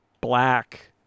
black